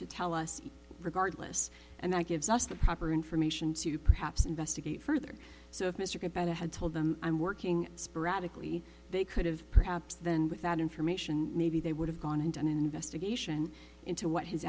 to tell us regardless and that gives us the proper information to perhaps investigate further so if mr cabana had told them i'm working sporadically they could have perhaps then with that information maybe they would have gone into an investigation into what his